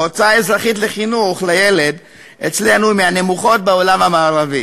ההוצאה האזרחית על חינוך לילד אצלנו היא מהנמוכות בעולם המערבי.